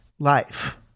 life